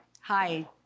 Hi